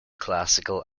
classical